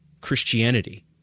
Christianity